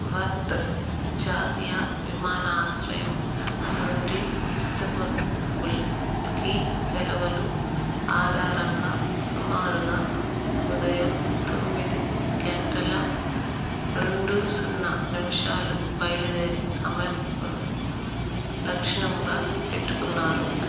worth జాతీయ విమానాశ్రయం నుండి ఇస్తాంబుల్కి సెలవులు ఆధారంగా సుమారుగా ఉదయం తొమ్మిది గంటల రెండు సున్నా నిమిషాలు బయలుదేరే సమయం కోసం లక్షణంగా పెట్టుకున్నారు